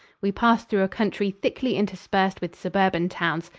we passed through a country thickly interspersed with suburban towns.